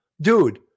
Dude